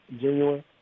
genuine